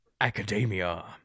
Academia